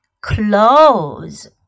clothes